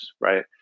right